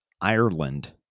Ireland